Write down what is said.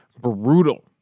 brutal